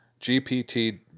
GPT